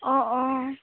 অ অ